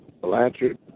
Blanchard